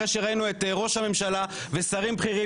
אחרי שראינו את ראש הממשלה ושרים בכירים